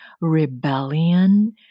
rebellion